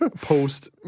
post